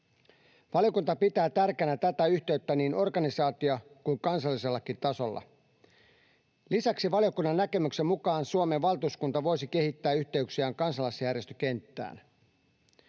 Valiokunta pitää tärkeänä tätä yhteyttä niin organisaatio- kuin kansallisellakin tasolla. Lisäksi valiokunnan näkemyksen mukaan Suomen valtuuskunta voisi kehittää yhteyksiään kansalaisjärjestökenttään.